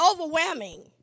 overwhelming